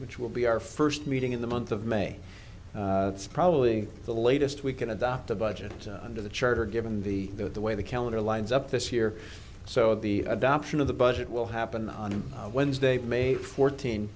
which will be our first meeting in the month of may probably the latest we can adopt a budget under the charter given the go the way the calendar lines up this year so the adoption of the budget will happen on wednesday may fourteen